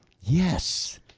Yes